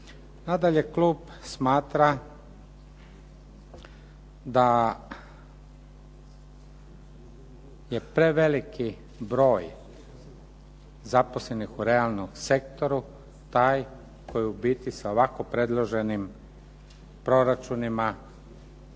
Nadalje, klub smatra da je preveliki broj zaposlenih u realnom sektoru taj koji u biti sa ovako predloženim proračunima